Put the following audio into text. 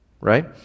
right